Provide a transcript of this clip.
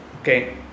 Okay